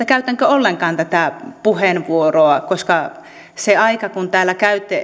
käytänkö ollenkaan tätä puheenvuoroa koska se aika kun täällä